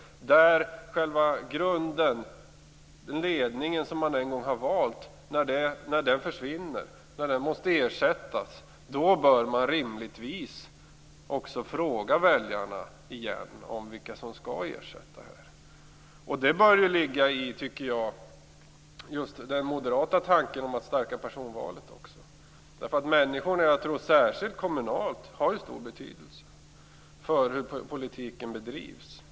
När själva grunden, den ledning som man en gång har valt, försvinner och måste ersättas, bör man rimligtvis också fråga väljarna igen om vilka som skall ersätta. Det bör, tycker jag, ligga i just den här moderata tanken att stärka personvalet. Människorna har ju, särskilt kommunalt tror jag, stor betydelse för hur politiken bedrivs.